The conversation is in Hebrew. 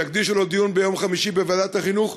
שיקדישו לו דיון ביום חמישי בוועדת החינוך,